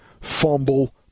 fumble